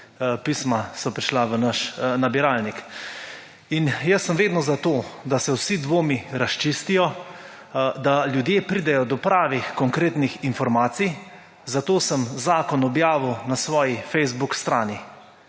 pisma so prišla v naš nabiralnik in, jaz sem vedno za to se vsi dvomi razčistijo, da ljudje pridejo do pravih konkretnih informacij, zato sem zakon objavil na svoji Facebook strani.